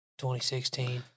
2016